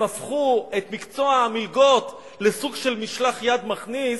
הם הפכו את מקצוע המלגות לסוג של משלח-יד מכניס,